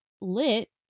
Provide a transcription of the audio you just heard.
lit